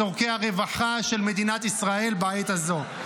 צורכי הרווחה של מדינת ישראל בעת הזו.